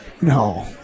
No